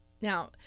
Now